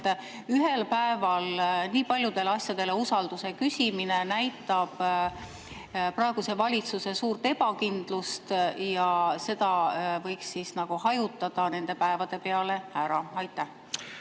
ühel päeval nii paljudele asjadele usalduse küsimine näitab praeguse valitsuse suurt ebakindlust ja selle võiks hajutada nende päevade peale ära. Aitäh!